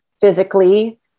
physically